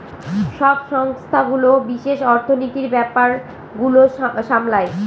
সব সংস্থাগুলো বিশেষ অর্থনীতির ব্যাপার গুলো সামলায়